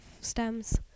stems